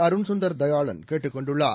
அருண் சுந்தர் தயாளன் கேட்டுக் கொண்டுள்ளார்